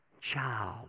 child